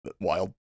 wild